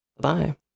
Bye